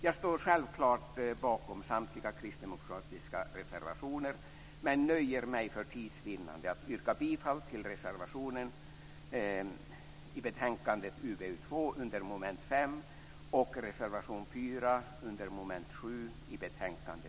Jag står självklart bakom samtliga kristdemokratiska reservationer, men nöjer mig för tids vinnande med att yrka bifall till reservationen i betänkande